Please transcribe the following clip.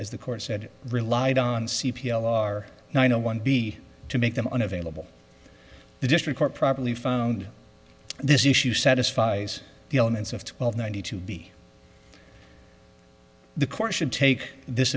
as the court said relied on c p l are nine on one b to make them unavailable the district court properly found this issue satisfies the elements of twelve ninety two b the court should take this